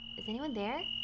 is anyone there?